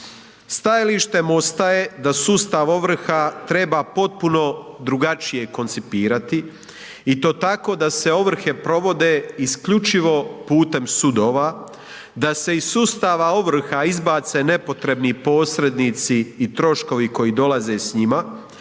Stajalište MOST-a je da sustav ovrha treba potpuno drugačije koncipirati i to tako tako da se ovrhe provode isključivo putem sudova, da se iz sustava ovrha izbace nepotrebni posrednici i troškovi koji dolaze s njima,